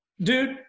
Dude